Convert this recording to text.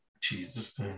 Jesus